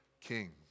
king